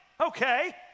Okay